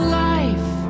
life